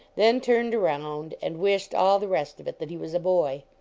then turned around and wished all the rest of it that he was a boy.